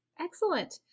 Excellent